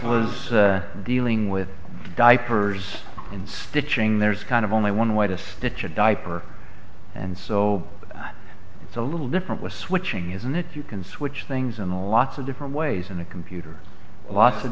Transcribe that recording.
case was dealing with diapers and stitching there's kind of only one way to stitch a diaper and so it's a little different with switching isn't it you can switch things in a lots of different ways in a computer lots of